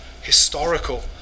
historical